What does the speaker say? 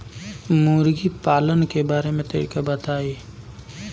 मुर्गी पालन के बारे में तनी बताई?